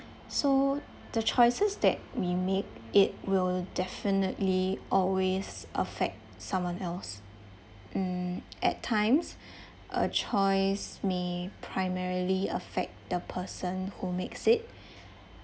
so the choices that we make it will definitely always affect someone else mm at times a choice may primarily affect the person who makes it